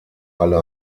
alle